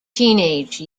teenage